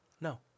No